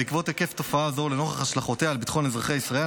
בשל היקף תופעה זו ולנוכח השלכותיה על ביטחון אזרחי ישראל,